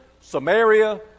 Samaria